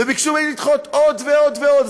וביקשו ממני לדחות עוד ועוד ועוד.